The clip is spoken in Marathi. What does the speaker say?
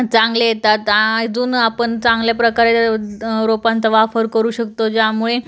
चांगले येतात अजून आपण चांगल्या प्रकारे रोपांचा वापर करू शकतो ज्यामुळे